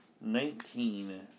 Nineteen